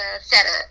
setup